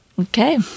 okay